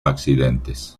accidentes